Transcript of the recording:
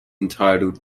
entitled